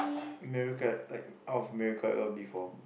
miracle like out of miracle I got a B four